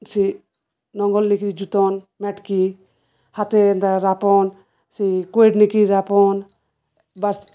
ସେ ନଙ୍ଗଲ ନିକିରି ଜୁତନ୍ ମେଟକି ହାତ ଏନ୍ତା ରାପନ୍ ସେ କୋଇଡ଼ ନେଇକିରି ରାପନ୍ ବାର